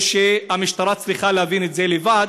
או שהמשטרה צריכה להבין את זה לבד.